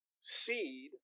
seed